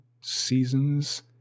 seasons